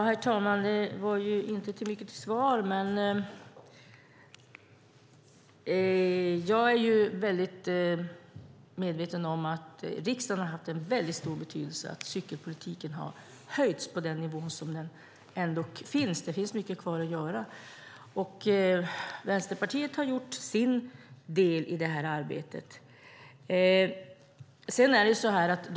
Herr talman! Det var inte mycket till svar, men jag är väl medveten om att riksdagen haft en väldigt stor betydelse för att cykelpolitiken höjts till den nivå som den är på i dag. Vänsterpartiet har gjort sin del i det arbetet. Det finns dock mycket kvar att göra.